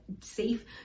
safe